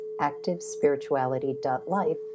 activespirituality.life